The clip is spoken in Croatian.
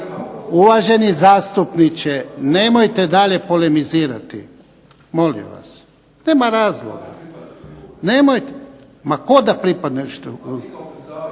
Uvaženi zastupniče, nemojte dalje polemizirati molim vas. Nema razloga. Nemojte. … /Upadica se ne